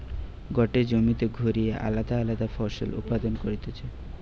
গটে জমিতে ঘুরিয়ে আলদা আলদা ফসল উৎপাদন করতিছে